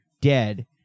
dead